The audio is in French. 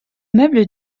meuble